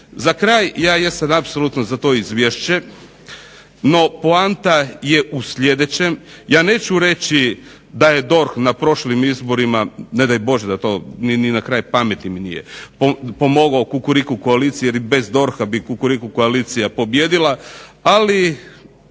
Za kraj ja jesam apsolutno za to Izvješće, no poanta je u sljedećem ja neću reći da je DORH na prošlim izborima, ne daj Bože da je to, ni na kraj pameti mi nije, pomogao Kukuriku koaliciji jer i bez DORH-a bi kukuriku koalicije pobijedila, ali